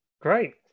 Great